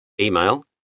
Email